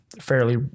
fairly